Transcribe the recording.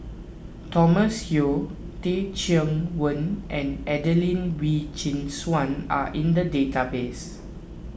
Thomas Yeo Teh Cheang Wan and Adelene Wee Chin Suan are in the database